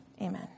Amen